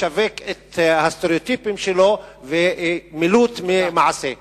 לשווק את הסטריאוטיפים שלו ומילוט ממעשה.